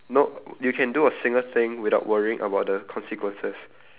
no you can do a single thing without worrying about the consequences